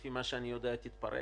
לפי מה שאני יודע תתפרק,